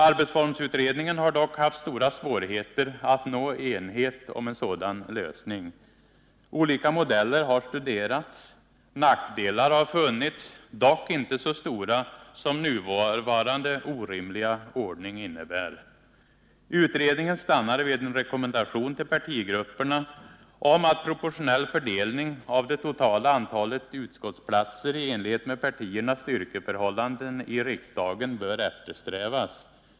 Arbetsformsutredningen har dock haft stora svårigheter att nå enhet om en sådan lösning. Olika modeller har studerats. Nackdelar har funnits, dock inte så stora som nuvarande orimliga ordning innebär. Utredningen stannade vid en rekommendation till partigrupperna om att proportionell fördelning av det totala antalet utskottsplatser i enlighet med partiernas styrkeförhållanden i riksdagen bör eftersträvas.